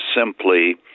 simply